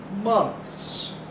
months